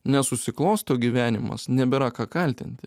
nesusiklosto gyvenimas nebėra ką kaltinti